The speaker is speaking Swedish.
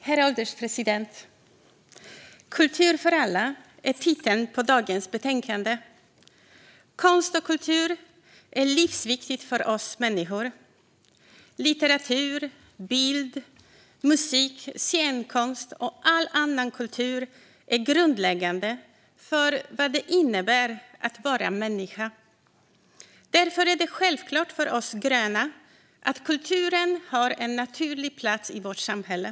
Herr ålderspresident! Kultur för alla är titeln på dagens betänkande. Konst och kultur är livsviktigt för oss människor. Litteratur, bild, musik, scenkonst och all annan kultur är grundläggande för vad det innebär att vara människa. Därför är det självklart för oss gröna att kulturen har en naturlig plats i vårt samhälle.